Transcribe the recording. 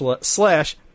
slash